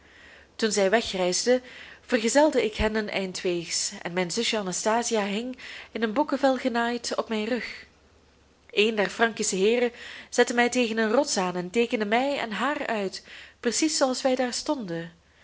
toen zij wegreisden vergezelde ik hen een eindweegs en mijn zusje anastasia hing in een bokkevel genaaid op mijn rug een der frankische heeren zette mij tegen een rots aan en teekende mij en haar uit precies zooals wij daar stonden